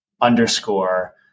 underscore